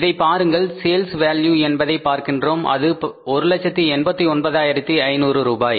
இதை பாருங்கள் sales value என்பதை பார்க்கின்றோம் அது 189500 ரூபாய்